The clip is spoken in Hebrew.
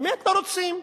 האמת, לא רוצים,